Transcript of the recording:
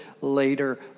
later